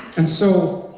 and so,